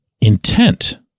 intent